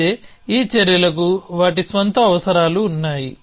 అయితే ఈ చర్యలకు వాటి స్వంత అవసరాలు ఉన్నాయి